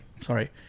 sorry